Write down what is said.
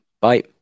Bye